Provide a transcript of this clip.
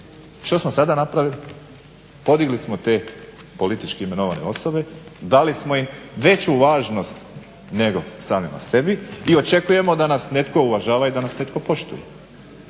što smo sada napravili? Podigli smo te politički imenovane osobe, dali smo im veću važnost nego samima sebi i očekujemo da nas netko uvažava i da nas netko poštuje.